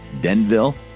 Denville